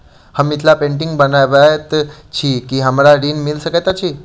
हम मिथिला पेंटिग बनाबैत छी की हमरा ऋण मिल सकैत अई?